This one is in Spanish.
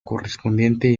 correspondiente